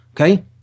Okay